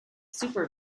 super